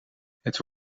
het